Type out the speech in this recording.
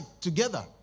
together